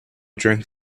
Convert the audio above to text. drank